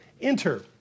enter